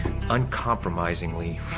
uncompromisingly